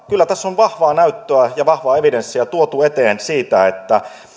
kyllä tässä on vahvaa näyttöä ja vahvaa evidenssiä tuotu eteen siitä että